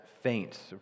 faints